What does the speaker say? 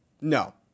No